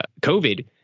COVID